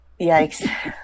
Yikes